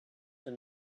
that